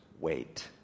wait